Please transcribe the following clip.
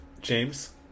James